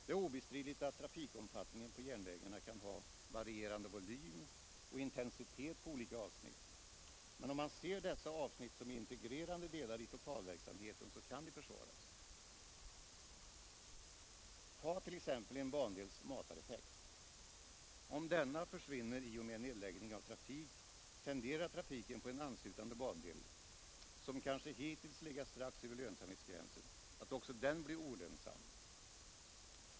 Det är obestridligt att trafikomfattningen på järnvägarna kan ha varierande volym och intensitet på olika avsnitt, men om man ser dessa avsnitt som integrerande delar i totalverksamheten kan de försvaras. Ta t.ex. en bandels matareffekt. Om denna försvinner i och med nedläggning av trafik, tenderar trafiken på en anslutande bandel — som kanske hittills legat strax över lönsamhetsgränsen — att också den bli olönsam.